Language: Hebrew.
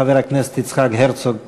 חבר הכנסת יצחק הרצוג.